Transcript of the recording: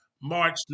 March